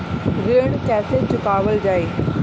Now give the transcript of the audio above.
ऋण कैसे चुकावल जाई?